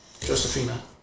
Josephina